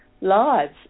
lives